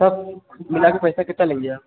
sir मिला के पैसा कितना लेंगे आप